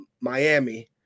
Miami